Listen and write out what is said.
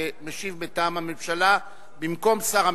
כמשיב מטעם הממשלה במקום שר המשפטים.